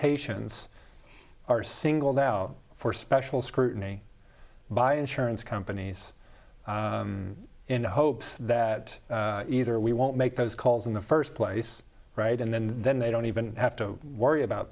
patients are singled out for special scrutiny by insurance companies in the hopes that either we won't make those calls in the first place right and then then they don't even have to worry about